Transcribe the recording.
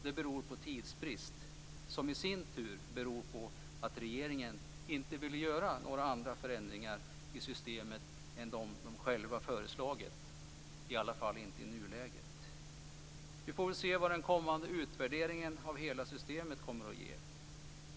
Det beror på tidsbrist, som i sin tur beror på att regeringen inte ville göra några andra förändringar i systemet än de den själv föreslagit. I varje fall inte i nuläget. Vi får väl se vad den kommande utvärderingen av hela systemet kommer att ge.